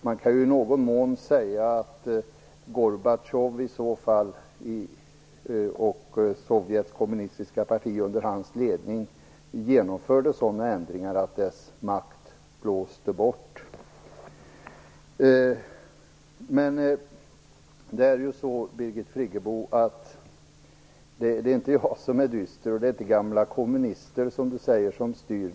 Man kan i någon mån säga att Gorbatjov och Sovjets kommunistiska parti under hans ledning genomförde sådana ändringar att dess makt blåste bort. Det är inte jag som är dyster, Birgit Friggebo. Det är inte gamla kommunister som styr.